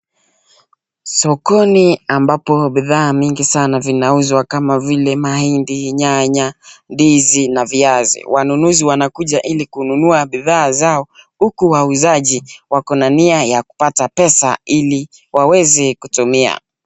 Sokoni ambako bidhaa mingi zinauzwa kama vile mahindi, nyanya, ndizi na viazi, wanunuzi wanakuja ili kununua bidhaa zao, huku wauzaji wako na nia ya kupata pesa ili waweze kutumia.